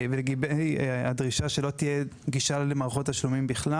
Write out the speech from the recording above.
לגבי הדרישה שלא תהיה גישה למערכות תשלומים בכלל